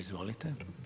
Izvolite.